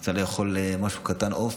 רוצה לאכול משהו קטן, עוף.